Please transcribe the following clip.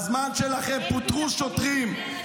בזמן שלכם פוטרו שוטרים,